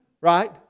Right